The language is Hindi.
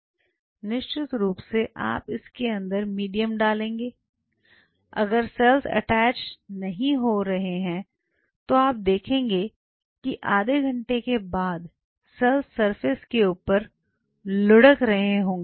निश्चित रूप से आप इसके अंदर मीडियम डालेंगे अगर सेल्स अटैच नहीं हो रहे हैं तो आप देखेंगे कि आधे घंटे के बाद सेल्स सरफेस के ऊपर लुढ़क रहे होंगे